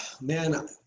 man